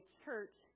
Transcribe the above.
church